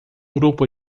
grupo